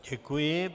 Děkuji.